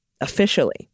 Officially